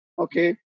okay